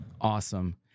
Awesome